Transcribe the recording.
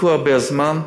חיכו הרבה זמן.